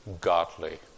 godly